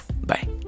Bye